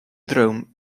droom